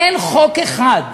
אין חוק אחד,